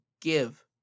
give